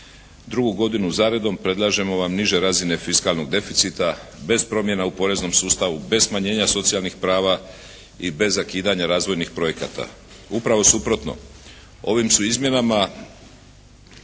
Drugu godinu zaredom predlažemo vam niže razine fiskalnog deficita bez promjena u poreznom sustavu, bez smanjenja socijalnih prava i bez zakidanja razvojnih projekata. Upravo suprotno. Ovim su izmjenama